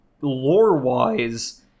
lore-wise